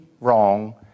wrong